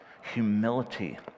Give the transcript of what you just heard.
Humility